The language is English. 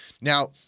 Now